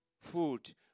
Food